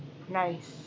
nice